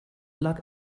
luck